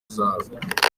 izaza